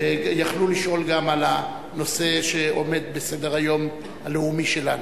שיכלו לשאול גם על הנושא שעומד בסדר-היום הלאומי שלנו.